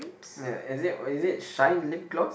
like is it is it shine lip gloss